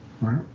right